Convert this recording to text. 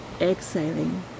exhaling